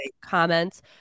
comments